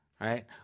right